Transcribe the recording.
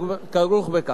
זו הממשלה הזאת.